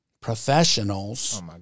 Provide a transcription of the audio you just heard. professionals